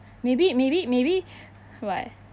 maybe maybe maybe what